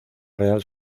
real